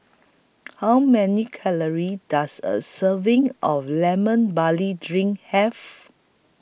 How Many Calories Does A Serving of Lemon Barley Drink Have